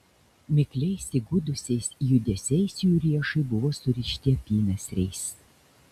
mikliais įgudusiais judesiais jų riešai buvo surišti apynasriais